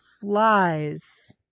flies